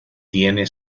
tiene